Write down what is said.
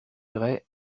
gray